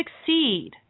succeed